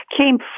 came